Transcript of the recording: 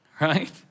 right